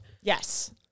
Yes